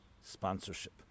sponsorship